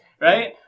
right